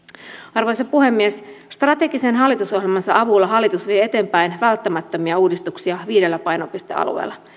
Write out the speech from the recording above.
arvoisa puhemies strategisen hallitusohjelmansa avulla hallitus vie eteenpäin välttämättömiä uudistuksia viidellä painopistealueella